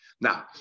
Now